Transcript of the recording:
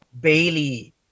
Bailey